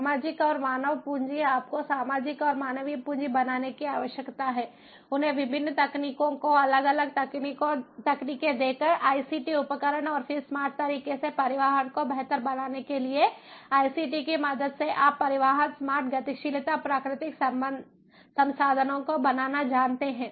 सामाजिक और मानव पूंजी आपको सामाजिक और मानवीय पूंजी बनाने की आवश्यकता है उन्हें विभिन्न तकनीकों को अलग अलग तकनीकें देकर आईसीटी उपकरण और फिर स्मार्ट तरीके से परिवहन को बेहतर बनाने के लिए आईसीटी की मदद से आप परिवहन स्मार्ट गतिशीलता प्राकृतिक संसाधनों को बनाना जानते हैं